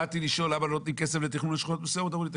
באתי לשאול למה לא נותנים כסף לתכנון לשכונות מסוימות אמרו לי 'תקשיב,